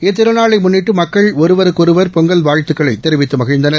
இத்திருநாளை முன்னிட்டு மக்கள் ஒருவருக்கொருவர் பொங்கல் வாழ்த்துக்களை தெரிவித்து மகிழ்ந்தனர்